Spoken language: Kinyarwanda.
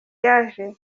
ryaje